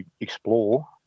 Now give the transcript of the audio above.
explore